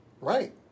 right